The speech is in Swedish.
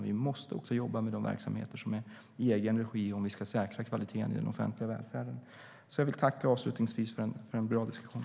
Vi måste jobba även med de verksamheter som finns i egen regi om vi ska säkra kvaliteten i den offentliga välfärden. Avslutningsvis vill jag tacka för en bra diskussion.